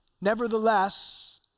Nevertheless